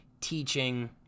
teaching